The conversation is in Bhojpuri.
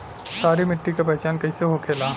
सारी मिट्टी का पहचान कैसे होखेला?